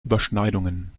überschneidungen